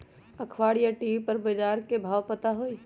अखबार या टी.वी पर बजार के भाव पता होई?